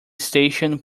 station